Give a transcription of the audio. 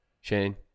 Shane